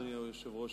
אדוני היושב-ראש,